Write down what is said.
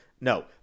no